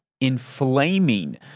inflaming